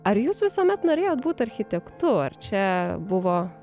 ar jūs visuomet norėjot būt architektu ar čia buvo